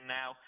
now